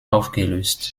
aufgelöst